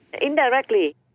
Indirectly